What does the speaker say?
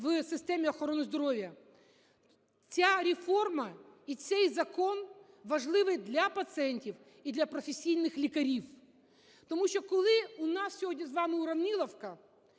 в системі охорони здоров'я. Ця реформа і цей закон важливий для пацієнтів і для професійних лікарів, тому що, коли сьогодні у нас з вами уравніловка